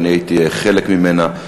ואני הייתי חלק ממנו,